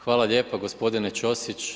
Hvala lijepo gospodine Ćosić.